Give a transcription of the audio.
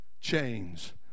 chains